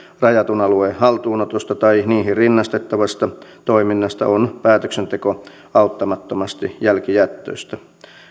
rajatun alueen haltuunotosta tai niihin rinnastettavasta toiminnasta on päätöksenteko auttamattomasti jälkijättöistä